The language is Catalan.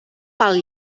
pal